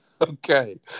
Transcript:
Okay